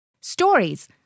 Stories